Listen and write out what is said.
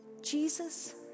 Jesus